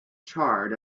charred